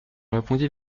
répondit